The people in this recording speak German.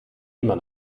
immer